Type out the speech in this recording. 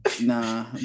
nah